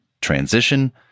Transition